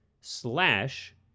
slash